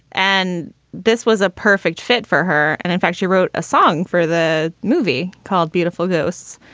and this was a perfect fit for her. and in fact, she wrote a song for the movie called beautiful ghosts,